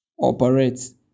operates